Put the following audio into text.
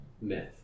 myth